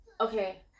okay